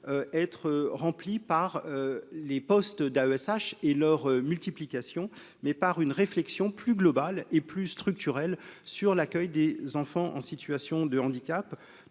être remplies par les postes d'AESH et leur multiplication, mais par une réflexion plus globale et plus structurelles sur l'accueil des enfants en situation de handicap,